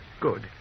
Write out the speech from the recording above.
Good